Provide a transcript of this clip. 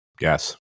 yes